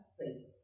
please